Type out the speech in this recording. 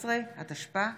11), התשפ"א 2021,